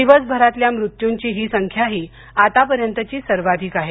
दिवसभरातल्या मृत्यूंची ही संख्याही आतापर्यंतची सर्वाधिक आहे